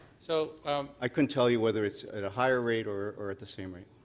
so i couldn't tell you whether it's at a higher rate or or at the same rate.